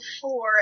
four